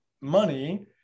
money